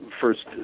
first